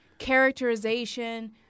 characterization